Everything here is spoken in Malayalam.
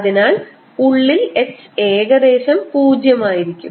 അതിനാൽ ഉള്ളിൽ H ഏകദേശം 0 ആയിരിക്കും